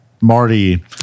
Marty